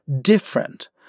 different